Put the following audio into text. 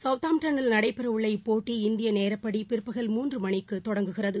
சௌத்தாம்டனில் நடைபெறவுள்ள இப்போட்டி இந்தியநேரடிப்படிபிற்பகல் மூன்றுமணிக்குதொடங்குகிறது